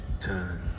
turn